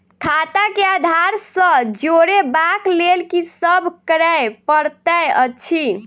खाता केँ आधार सँ जोड़ेबाक लेल की सब करै पड़तै अछि?